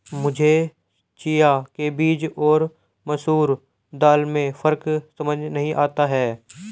मुझे चिया के बीज और मसूर दाल में फ़र्क समझ नही आता है